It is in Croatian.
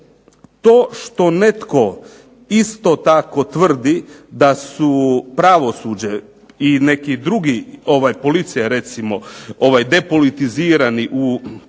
To što netko isto tako tvrdi da su pravosuđe i neki drugi, policija recimo, depolitizirani u